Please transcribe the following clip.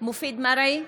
מופיד מרעי,